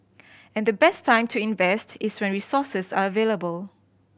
and the best time to invest is when resources are available